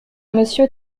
monsieur